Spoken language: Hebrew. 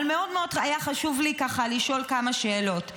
אבל מאוד מאוד היה חשוב לי לשאול כמה שאלות.